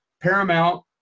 Paramount